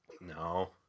No